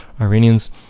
Iranians